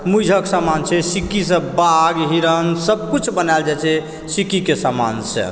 मूजक समान छै सिक्की सॅं बाघ हिरण सबकिछु बनायल जाइ छै सिक्कीके समानसॅं